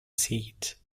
seat